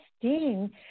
Dean